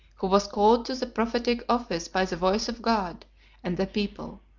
who was called to the prophetic office by the voice of god and the people.